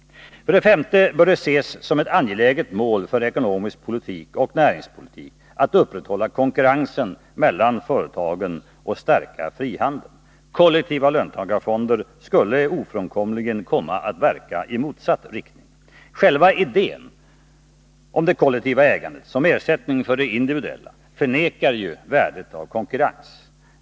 För det femte bör det ses som ett angeläget mål för ekonomisk politik och näringspolitik att upprätthålla konkurrensen mellan företagen och att stärka frihandeln. Kollektiva löntagarfonder skulle ofrånkomligen komma att verka i motsatt riktning. Själva idén om det kollektiva ägandet som ersättning för det individuella förnekar ju värdet av konkurrens.